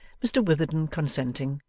mr witherden consenting,